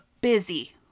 busy